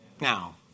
Now